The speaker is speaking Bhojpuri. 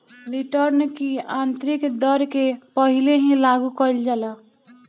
रिटर्न की आतंरिक दर के पहिले ही लागू कईल जाला